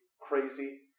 crazy